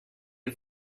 est